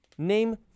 Name